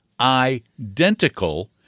identical